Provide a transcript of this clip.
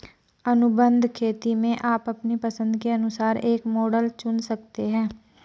अनुबंध खेती में आप अपनी पसंद के अनुसार एक मॉडल चुन सकते हैं